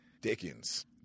Dickens